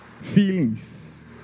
feelings